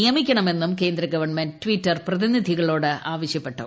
ഇതിനായി നിയമിക്കണമെന്നും കേന്ദ്രഗവൺമെന്റ് ട്വിറ്റർ പ്രതിനിധികളോട് ആവശ്യപ്പെട്ടു